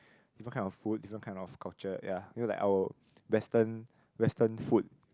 different kind of food different kind of culture ya you know like our western western food